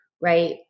right